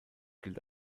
gilt